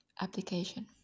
application